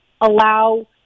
allow